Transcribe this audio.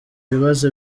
ibibazo